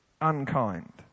Unkind